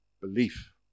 Belief